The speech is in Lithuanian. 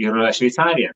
yra šveicarija